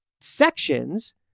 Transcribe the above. sections